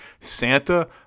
Santa